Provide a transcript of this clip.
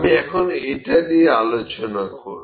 আমি এখন এটা নিয়ে আলোচনা করব